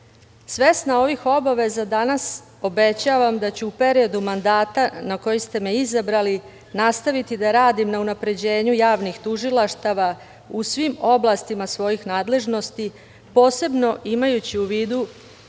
delo. Svesna ovih obaveza, danas obećavam da ću u periodu mandata na koji ste me izabrali nastaviti da radim na unapređenju javnih tužilaštava u svim oblastima svojih nadležnosti, posebno imajući u vidu